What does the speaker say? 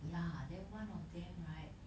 ya then one of them right